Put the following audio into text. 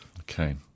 Okay